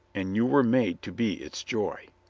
and you were made to be its joy.